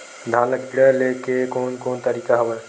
धान ल कीड़ा ले के कोन कोन तरीका हवय?